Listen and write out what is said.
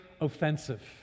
offensive